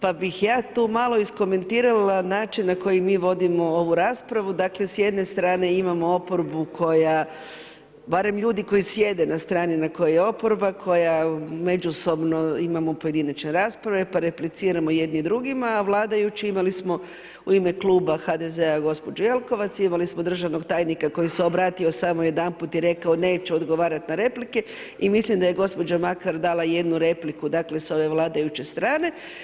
Pa bih ja tu malo iskomentirala način na koji mi vodimo ovu raspravu, dakle s jedne strane imamo oporbu koja, barem ljudi koji sjede na strani na kojoj je oporba, koja međusobno imamo pojedinačne rasprave pa repliciramo jedni drugima, vladajući, imali smo u ime Kluba HDZ-a gospođu Jelkovac, imali smo državnog tajnika koji se obratio samo jedanput i rekao neću odgovarat na replike i mislim da je gospođa Makar dala jednu repliku sa ove vladajuće strane.